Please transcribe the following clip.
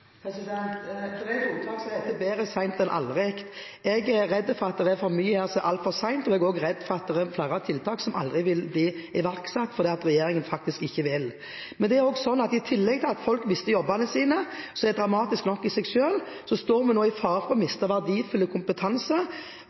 Det er et ordtak som sier: Bedre sent enn aldri. Jeg er redd for at det er for mye altfor sent, og jeg er også redd for at det er flere tiltak som aldri vil bli iverksatt fordi regjeringen faktisk ikke vil. Det er også sånn at i tillegg til at folk mister jobbene sine, som er dramatisk nok i seg selv, så står vi nå i fare for å miste verdifull kompetanse,